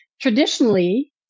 Traditionally